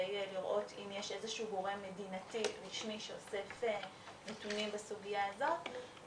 לראות אם יש איזה שהוא גורם מדינתי רשמי שאוסף נתונים בסוגיה הזאת.